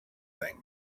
thing